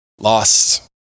lost